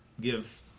give